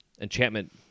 Enchantment